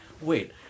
wait